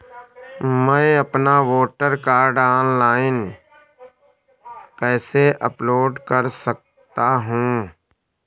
मैं अपना voter card online कैसे अपलोड कर सकता हूँ?